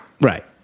Right